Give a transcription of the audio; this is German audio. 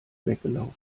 weggelaufen